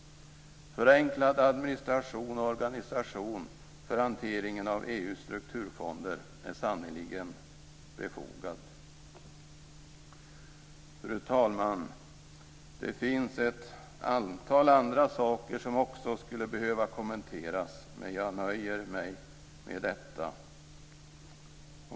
Förenklad administration och organisation för hanteringen av EU:s strukturfonder är sannerligen befogad. Fru talman! Det finns ett antal andra saker som också skulle behöva kommenteras, men jag nöjer mig med detta.